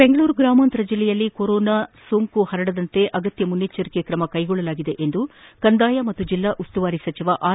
ಬೆಂಗಳೂರು ಗ್ರಾಮಾಂತರ ಜಿಲ್ಲೆಯಲ್ಲಿ ಕೊರೋನಾ ಸೋಂಕು ಹರಡದಂತೆ ಅಗತ್ಯ ಮುಂಜಾಗ್ರತಾ ಕ್ರಮಗಳನ್ನು ಕೈಗೊಳ್ಳಲಾಗಿದೆ ಎಂದು ಕಂದಾಯ ಹಾಗೂ ಜಿಲ್ಲಾ ಉಸ್ತುವಾರಿ ಸಚಿವ ಆರ್